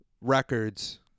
records